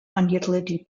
utility